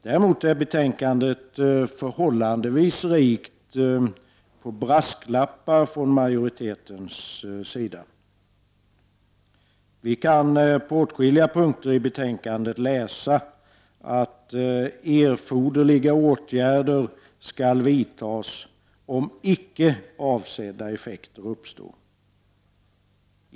Däremot är betänkandet förhållandevis rikt på brasklappar från majoriteten. Vi kan på åtskilliga punkter i betänkandet läsa att ”erforderliga åtgärder skall vidtas om icke avsedda effekter uppstår”.